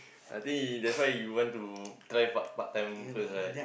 I think that's why you want to try part part time first right